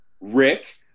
Rick